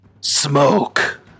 Smoke